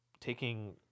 taking